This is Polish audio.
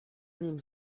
nim